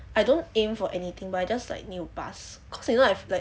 I don't aim for anything but I just like 没有 pass so long just that